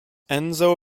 enzo